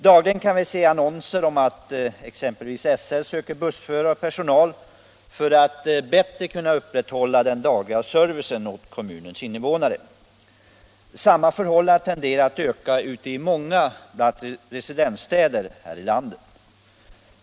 Dagligen kan vi se annonser om att exempelvis SL söker bussförare och annan personal för att bättre kunna upprätthålla den dagliga servicen åt regionens invånare. Samma förhållande blir allt vanligare i många residensstäder.